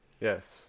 yes